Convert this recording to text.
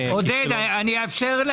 זה שהציבור לא יכול להרשות